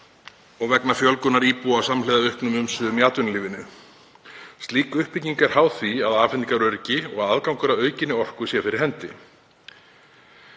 og vegna fjölgunar íbúa samhliða auknum umsvifum í atvinnulífi. Slík uppbygging er háð því að afhendingaröryggi og aðgangur að aukinni orku sé fyrir hendi.